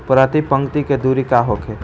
प्रति पंक्ति के दूरी का होखे?